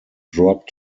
drop